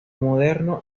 moderno